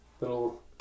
little